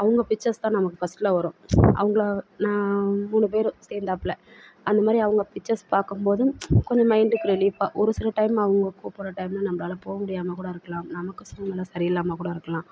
அவங்க பிச்சர்ஸ் தான் நமக்கு ஃபஸ்ட்டில் வரும் அவங்களை நான் மூணு பேரும் சேர்ந்தாப்ல அந்த மாதிரி அவங்க பிச்சர்ஸ் பார்க்கும்போதும் கொஞ்சம் மைண்டுக்கு ரிலீஃபாக ஒரு சில டைமில் அவங்க கூப்பிட்ற டைமில் நம்மளால் போக முடியாமல் கூட இருக்கலாம் நமக்கு சூழ்நெல சரியில்லாமல் கூட இருக்கலாம்